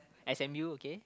s_m_u okay